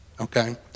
okay